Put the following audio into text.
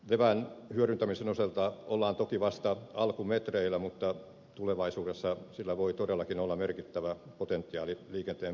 levän hyödyntämisen osalta ollaan toki vasta alkumetreillä mutta tulevaisuudessa sillä voi todellakin olla merkittävä potentiaali liikenteen biopolttoaineeksi